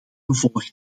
gevolg